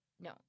No